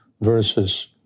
versus